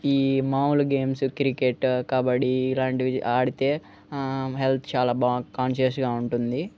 ఈ మాములు games cricket kabaddi ఇలాంటివి ఆడితే హెల్త్ చాలా బాగా కాన్షియస్గా ఉంటుంది